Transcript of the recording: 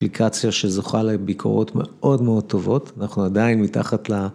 אפליקציה שזוכה לביקורות מאוד מאוד טובות, אנחנו עדיין מתחת ל...